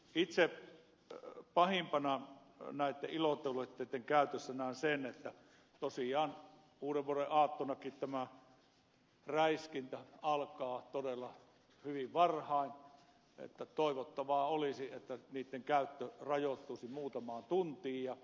itse pahimpana näitten ilotulitteitten käytössä näen sen että tosiaan uudenvuodenaattonakin tämä räiskintä alkaa todella hyvin varhain niin että toivottavaa olisi että niitten käyttö rajoittuisi muutamaan tuntiin